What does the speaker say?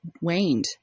waned